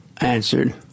answered